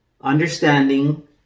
understanding